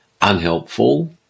unhelpful